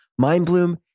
MindBloom